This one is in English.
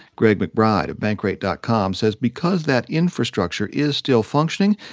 greg mcbride of bankrate dot com says because that infrastructure is still functioning,